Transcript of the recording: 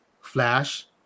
Flash